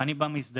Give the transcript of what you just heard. אני בא משדרות